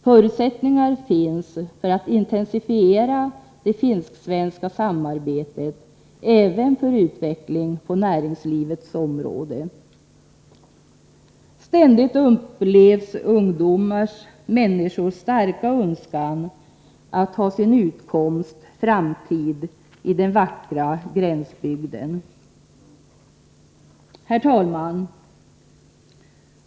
Förutsättningar finns för en intensifiering av det finsk-svenska samarbetet även för utveckling på näringslivets område. Ständigt upplevs människors starka önskan att få leva och ha sin utkomst i den vackra gränsbygden. Herr talman!